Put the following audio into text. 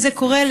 וזה קורה,